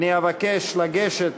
אבקש לגשת